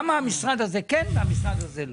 למה המשרד הזה כן והמשרד הזה לא?